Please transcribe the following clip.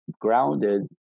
grounded